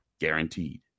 guaranteed